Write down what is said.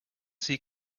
see